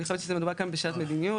אני חושבת שמדובר כאן בשאלת מדיניות.